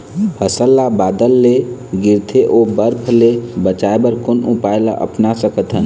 फसल ला बादर ले गिरथे ओ बरफ ले बचाए बर कोन उपाय ला अपना सकथन?